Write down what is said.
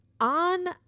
on